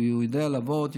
הוא יודע לעבוד,